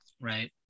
Right